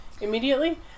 immediately